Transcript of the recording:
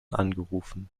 angerufen